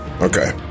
Okay